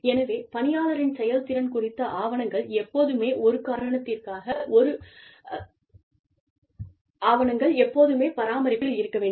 எனவே பணியாளரின் செயல்திறன் குறித்த ஆவணங்கள் எப்போதுமே பராமரிப்பில் இருக்க வேண்டும்